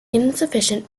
insufficient